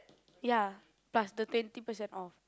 ya plus the twenty percent off